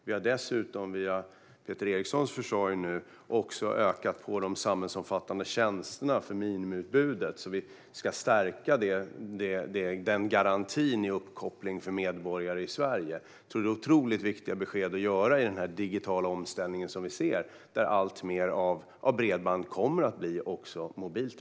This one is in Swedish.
Vi har dessutom genom Peter Erikssons försorg utökat de samhällsomfattande tjänsterna avseende minimiutbudet för att stärka garantin för uppkoppling för medborgare i Sverige. Detta är otroligt viktiga besked i samband med den digitala omställning vi ser, där bredband i allt större utsträckning kommer att bli mobilt.